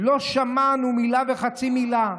לא שמענו מילה וחצי מילה.